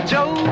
Joe